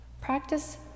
Practice